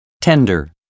tender